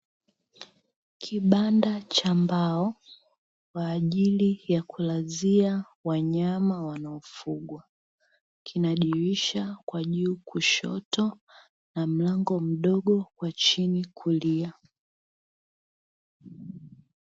Kipanda cha mbao kwa ajili ya kulazia wanyama wanaofugwa kina dirisha kwa juu kushoto na mlango mdogo kwa chini kulia